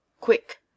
quick